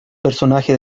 personaje